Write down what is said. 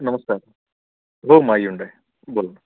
नमस्कार हो माई ऊंडाय बोला